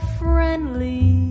friendly